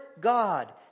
God